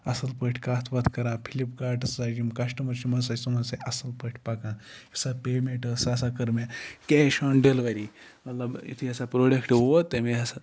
اَصٕل پٲٹھۍ کَتھ وَتھ کران فِلَپکاٹس یُس ہسا یِم کَسٹمَر چھِ یِم ہسا چھِ اَصٕل پٲٹھۍ پَکان یُس ہسا پیمینٹ ٲسۍ سۄ ہسا کٔر مےٚ کیش آن ڈیلِؤری مطلب یِتھُے ہسا پروڈَکٹ ووت تٔمہِ ہسا